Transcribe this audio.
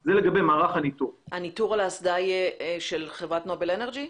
הניטור על האסדה יהיה של חברת נובל אנרג'י?